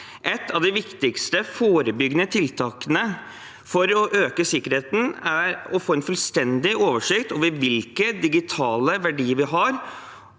Ett av de viktigste forebyggende tiltakene for å øke sikkerheten er å få en fullstendig oversikt over hvilke digitale verdier vi har,